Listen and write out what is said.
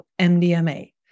MDMA